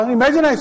imagine